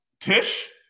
Tish